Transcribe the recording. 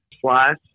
plus